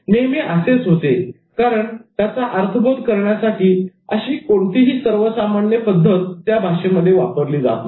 नेहमी असेच होते कारण त्याचा अर्थबोध करण्यासाठी अशी कोणतीही सर्वसामान्य पद्धत त्या भाषेमध्ये वापरली जात नाही